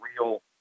real